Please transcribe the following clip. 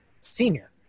Senior